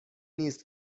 نیست